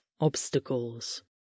obstacles